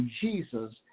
Jesus